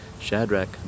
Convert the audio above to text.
Shadrach